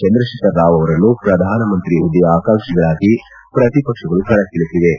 ಚಂದ್ರಶೇಖರ್ ರಾವ್ ಅವರನ್ನು ಪ್ರಧಾನಮಂತ್ರಿ ಹುದ್ದೆಯ ಆಕಾಂಕ್ಷಿಗಳಾಗಿ ಪ್ರತಿಪಕ್ಷಗಳು ಕಣಕ್ಕಿಳಿಸಿವೆ